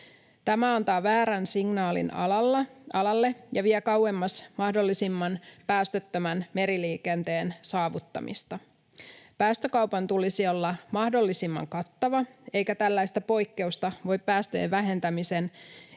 Tämä antaa väärän signaalin alalle ja vie kauemmas mahdollisimman päästöttömän meriliikenteen saavuttamisesta. Päästökaupan tulisi olla mahdollisimman kattava, eikä tällaista poikkeusta voi päästöjen vähentämisen